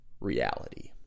reality